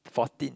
fourteen